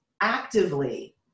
actively